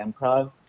improv